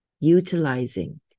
Utilizing